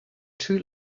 two